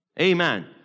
Amen